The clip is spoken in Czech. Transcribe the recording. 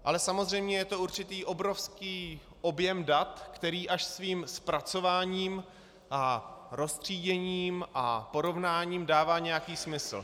Ale samozřejmě je to určitý obrovský objem dat, který až svým zpracováním a roztříděním a porovnáním dává nějaký smysl.